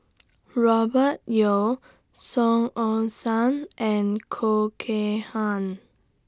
Robert Yeo Song Ong Siang and Khoo Kay Hian